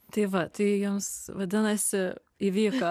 tai va tai jums vadinasi įvyko